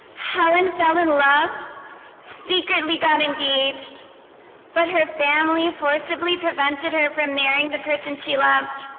pollen fell in love secretly got engaged but her family forcibly prevented her from marrying the person she loved